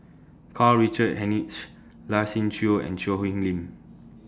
Karl Richard Hanitsch Lai Siu Chiu and Choo Hwee Lim